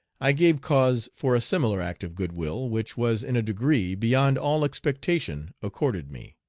i gave cause for a similar act of good-will, which was in a degree beyond all expectation accorded me.